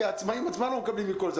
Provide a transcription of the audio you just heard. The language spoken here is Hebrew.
כי העצמאיים עצמם לא מקבלים מכל זה,